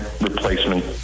replacement